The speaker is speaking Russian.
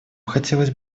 хотелось